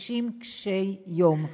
בקשישים קשי-יום.